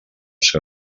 seu